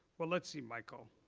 well let's see michael.